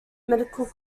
medical